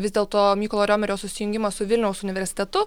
vis dėlto mykolo riomerio susijungimą su vilniaus universitetu